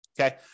Okay